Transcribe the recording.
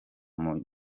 mumigi